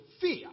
fear